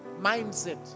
mindset